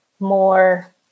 more